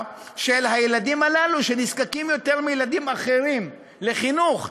של הילדים הללו שנזקקים יותר מילדים אחרים לחינוך.